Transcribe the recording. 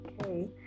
Okay